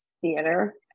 theater